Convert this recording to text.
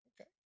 okay